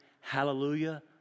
hallelujah